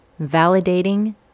validating